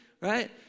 right